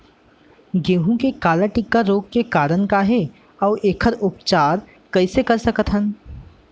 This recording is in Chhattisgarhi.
गेहूँ के काला टिक रोग के कारण का हे अऊ एखर उपचार कइसे कर सकत हन?